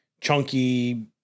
chunky